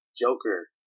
Joker